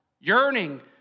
yearning